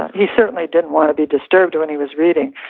he certainly didn't want to be disturbed when he was reading,